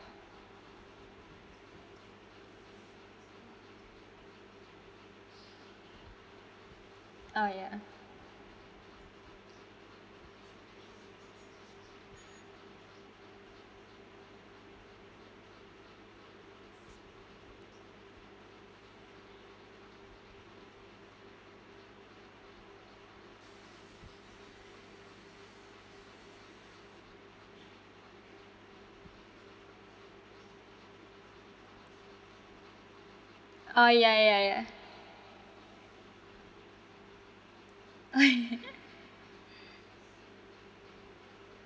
oh ya oh ya ya ya oh ya